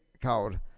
called